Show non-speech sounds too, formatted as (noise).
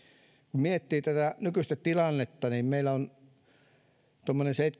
miettii tätä nykyistä tilannetta niin meillä on tuommoiset (unintelligible)